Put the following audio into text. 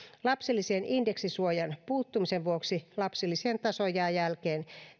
lapsilisien indeksisuojan puuttumisen vuoksi lapsilisien taso jää jälkeen